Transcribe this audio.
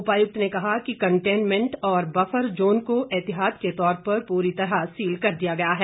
उपायुक्त ने कहा कि कंटेनमेंट और बफर जोन को एहतियात के तौर पर पूरी तरह सील कर दिया गया है